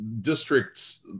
districts